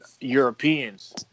Europeans